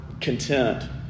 content